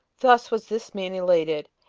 thus was this man elated,